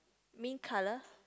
mint color